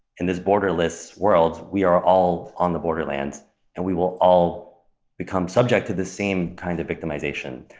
in this borderless world, we are all on the borderlands and we will all become subject to the same kind of victimization.